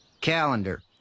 Calendar